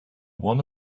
one